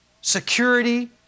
security